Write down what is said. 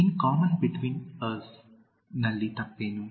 ಇನ್ common between us ನಲ್ಲಿ ತಪ್ಪೇನು